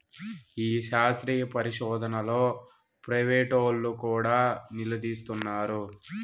ఈ శాస్త్రీయ పరిశోదనలో ప్రైవేటోల్లు కూడా నిదులిస్తున్నారు